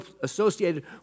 associated